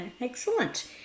excellent